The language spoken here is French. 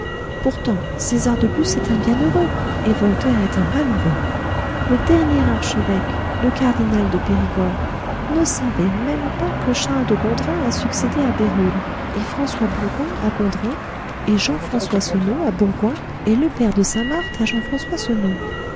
pourtant césar de bus est un bienheureux et voltaire est un malheureux le dernier archevêque le cardinal de périgord ne savait même pas que charles de gondren a succédé à bérulle et françois bourgoin à gondren et jean françois senault à bourgoin et le père de sainte marthe à jean françois